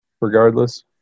regardless